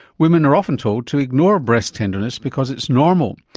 women are often told to ignore breast tenderness because it's normal.